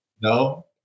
No